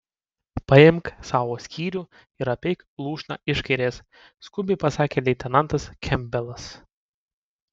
paimk savo skyrių ir apeik lūšną iš kairės skubiai pasakė leitenantas kempbelas